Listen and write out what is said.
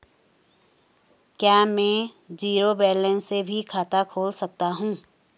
क्या में zero balance से भी खाता खोल सकता हूँ?